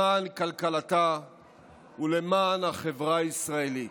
למען כלכלתה ולמען החברה הישראלית,